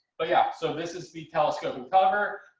but yeah, so this is the telescoping cover,